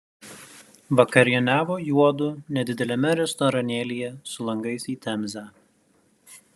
vakarieniavo juodu nedideliame restoranėlyje su langais į temzę